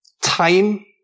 Time